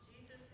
Jesus